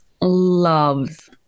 loves